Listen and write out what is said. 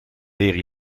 leer